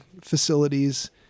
facilities